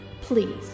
Please